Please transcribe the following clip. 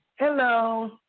Hello